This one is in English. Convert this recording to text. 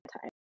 time